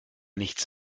nichts